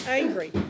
angry